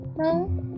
No